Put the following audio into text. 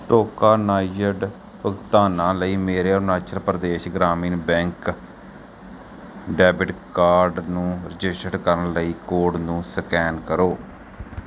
tokenised ਭੁਗਤਾਨਾਂ ਲਈ ਮੇਰੇ Arunachal Pradesh Gramin bank debit card ਨੂੰ ਰਜਿਸਟਰ ਕਰਨ ਲਈ ਕੋਡ ਨੂੰ ਸਕੈਨ ਕਰੋ